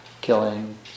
killing